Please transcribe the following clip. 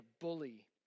bully